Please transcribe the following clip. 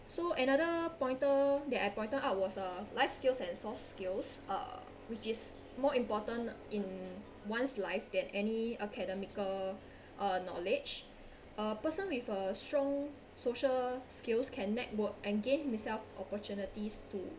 so another pointer that I pointed out was uh life skills and soft skills uh which is more important in one's life than any academical uh knowledge a person with a strong social skills can network and gave themselves opportunities to